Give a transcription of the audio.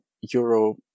Euro